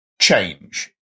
change